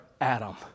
Adam